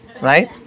right